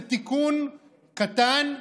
זה תיקון קטן,